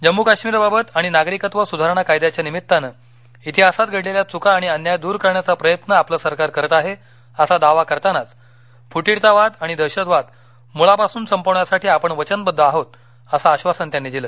जम्मू काश्मीर बाबत आणि नागरिकत्व सुधारणा कायद्याच्या निमित्तानं इतिहासात घडलेल्या चूका आणि अन्याय दूर करण्याचा प्रयत्न आपलं सरकार करत आहे असा दावा करतानाच फुटीरतावाद आणि दहशतवाद मुळापासून संपवण्यासाठी आपण वचनबद्ध आहोत असं आश्वासन त्यानी दिलं